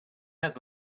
had